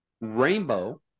rainbow